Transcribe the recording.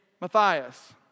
Matthias